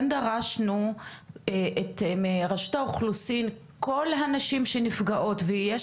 דרשנו מרשות האוכלוסין לדאוג שכל הנשים שנפגעות ויש